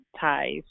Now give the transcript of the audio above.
ties